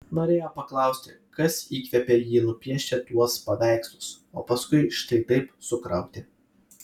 norėjo paklausti kas įkvėpė jį nupiešti tuos paveikslus o paskui štai taip sukrauti